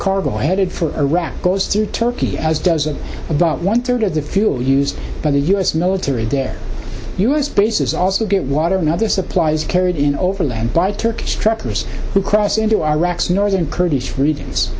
cargo headed for iraq goes through turkey as does it about one third of the fuel used by the u s military there u s bases also get water and other supplies carried in overland by turkish truckers who cross into iraq's northern kurdish re